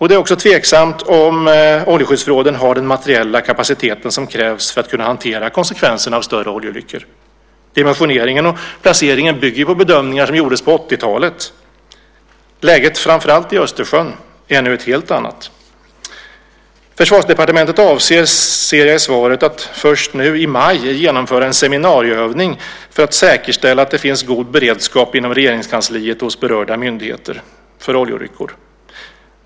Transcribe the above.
Det är också tveksamt om oljeskyddsförråden har den materiella kapacitet som krävs för att kunna hantera konsekvenserna av större oljeolyckor. Dimensioneringen och placeringen bygger ju på bedömningar som gjordes på 80-talet. Läget i framför allt Östersjön är nu ett helt annat. Försvarsdepartementet avser, enligt svaret, att först i maj genomföra en seminarieövning för att säkerställa att det inom Regeringskansliet och hos berörda myndigheter finns god beredskap för oljeolyckor.